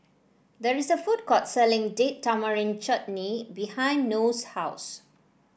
there's a food court selling Date Tamarind Chutney behind Noe's house